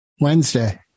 Wednesday